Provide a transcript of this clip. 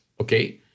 okay